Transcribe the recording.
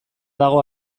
dago